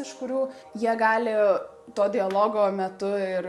iš kurių jie gali to dialogo metu ir